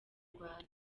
rwanda